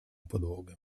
podłogę